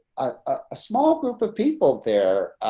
a small group of people there.